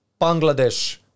Bangladesh